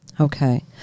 Okay